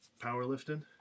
powerlifting